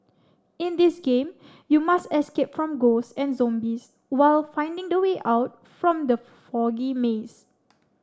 in this game you must escape from ghosts and zombies while finding the way out from the foggy maze